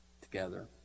together